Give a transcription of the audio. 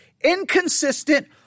Inconsistent